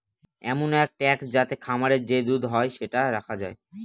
এমন এক ট্যাঙ্ক যাতে খামারে যে দুধ হয় সেটা রাখা যায়